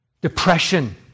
depression